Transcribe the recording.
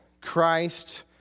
Christ